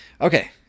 Okay